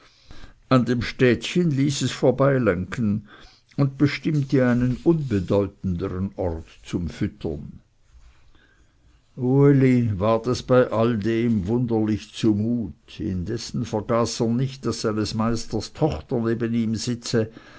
an dem städtchen ließ es vorbeilenken und bestimmte einen unbedeutenden ort zum füttern uli ward es bei dem allem wunderlich zumut indessen vergaß er nicht daß seines meisters tochter neben ihm sitze